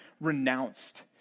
renounced